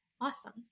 Awesome